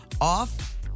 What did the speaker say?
off